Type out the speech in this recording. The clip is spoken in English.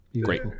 Great